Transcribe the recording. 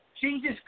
Jesus